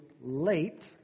late